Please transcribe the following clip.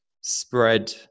spread